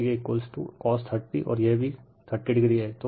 इसलिए cos 30 और यह भी 30o है